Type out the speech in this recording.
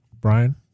Brian